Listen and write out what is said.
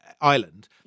island